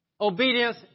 obedience